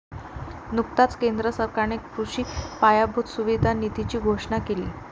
नुकताच केंद्र सरकारने कृषी पायाभूत सुविधा निधीची घोषणा केली